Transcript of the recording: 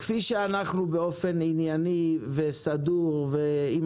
כפי שאנחנו באופן ענייני וסדור ועם